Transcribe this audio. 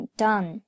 done